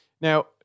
Now